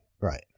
right